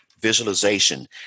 visualization